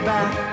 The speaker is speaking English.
back